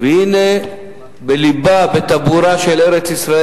אם היום מסתמכים אפילו על החוק מהתקופה העות'מאנית,